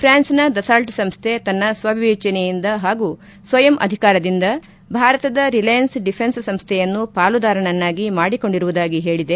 ಪ್ರಾನ್ಸ್ನ ದುಗಾಲ್ಟ್ ಸಂಸ್ಥೆ ತನ್ನ ಸ್ತ್ರ ವಿವೇಚನೆಯಿಂದ ಹಾಗೂ ಸ್ತ್ರಯಂ ಅಧಿಕಾರದಿಂದ ಭಾರತದ ರಿಲೆಯನ್ನ್ ಡಿಫೆನ್ಸ್ ಸಂಸ್ತೆಯನ್ನು ಪಾಲುದಾರನ್ನಾಗಿ ಮಾಡಿಕೊಡಿರುವುದಾಗಿ ಹೇಳಿದೆ